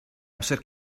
amser